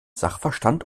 sachverstand